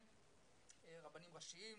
רבנים ראשיים,